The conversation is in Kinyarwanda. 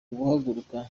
guhaguruka